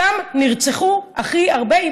שם נרצחו הכי הרבה,